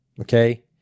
Okay